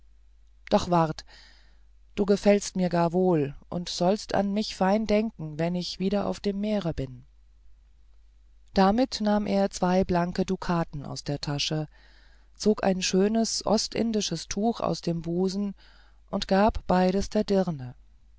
doch wart du gefällst mir gar wohl und sollst an mich fein denken wenn ich wieder auf dem meere bin damit nahm er zwei blanke dukaten aus der tasche zog ein schönes ostindisches tuch aus dem busen und gab beides der dirne